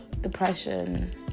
depression